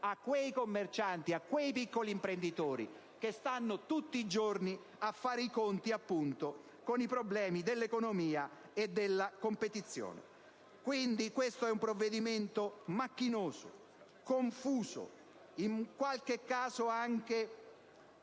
a quei commercianti, a quei piccoli imprenditori che tutti i giorni fanno i conti con i problemi dell'economia e della competizione. Questo è un provvedimento macchinoso, confuso, in qualche caso anche